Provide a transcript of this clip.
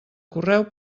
correu